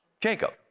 Jacob